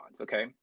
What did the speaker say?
okay